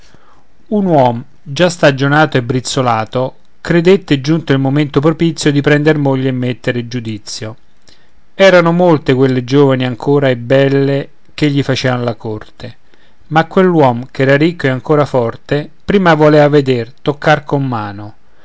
un uom già stagionato e brizzolato credette giunto il momento propizio di prender moglie e mettere giudizio erano molte quelle giovani ancora e belle che gli facean la corte ma quell'uom ch'era ricco e ancora forte prima volea veder toccar con mano